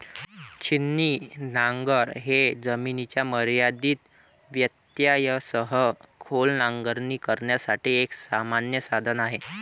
छिन्नी नांगर हे जमिनीच्या मर्यादित व्यत्ययासह खोल नांगरणी करण्यासाठी एक सामान्य साधन आहे